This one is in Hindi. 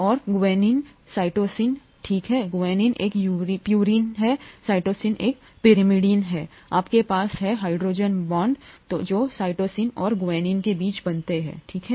और ग्वानिन साइटोसिन ठीक है ग्वानिन एक प्यूरीन है साइटोसिन एक पिरिमिडीन हैआपके पास है हाइड्रोजन बांड जो साइटोसिन और ग्वानिन के बीच बनते हैं ठीक है